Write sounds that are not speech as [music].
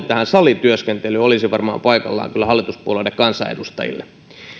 [unintelligible] tähän salityöskentelyyn olisi varmaan paikallaan hallituspuolueiden kansanedustajille